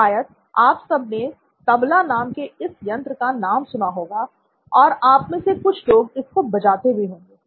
शायद आप सबने तबला नाम के इस यंत्र का नाम सुना होगा और आप में से कुछ लोग इसको बजाते भी होंगे